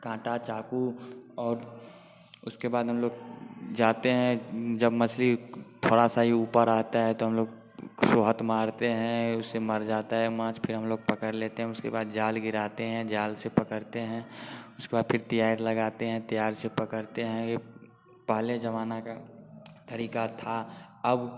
काँटा चाकू और उसके बाद हम लोग जाते हैं जब मछली थोड़ा सा ही ऊपर आता है तो हम लोग सोहत मारते हैं उससे मर जाता है माछ फिर हम लोग पकड़ लेते हैं उसके बाद हम लोग जाल गिराते हैं जाल से पकड़ते हैं उसके बाद फिर तियार लगाते हैं त्यार से पकड़ते हैं पहले ज़माना का तरीका था अब